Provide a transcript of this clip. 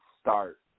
start